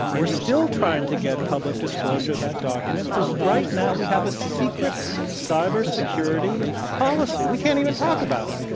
we're still trying to get public disclosure of that document because right now we have a secret cyber security policy. we can't even talk about it.